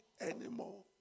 anymore